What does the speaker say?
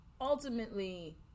ultimately